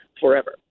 forever